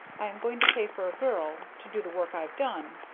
i am going to pay for a girl to do the work i've done.